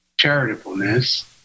charitableness